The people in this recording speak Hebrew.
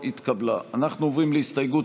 גם חבר הכנסת יעקב אשר מגיע למקומו.